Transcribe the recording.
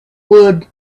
would